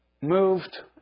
moved